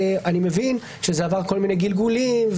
מבין שזה עבר כל מיני גלגולים,